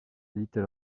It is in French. little